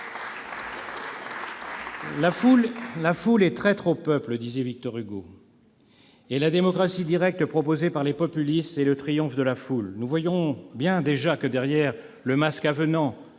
La foule est traître au peuple », disait Victor Hugo, et la démocratie directe proposée par les populistes est le triomphe de la foule. Nous voyons bien, déjà, que derrière le masque avenant